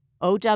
OW